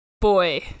boy